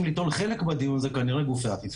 ליטול חלק בדיון הם כנראה גופי האכיפה.